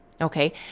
Okay